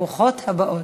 ברוכות הבאות.